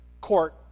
court